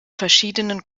verschiedenen